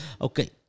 Okay